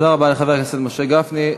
תודה רבה לחבר הכנסת משה גפני.